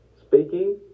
Speaking